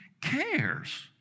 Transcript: cares